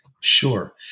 Sure